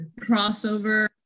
crossover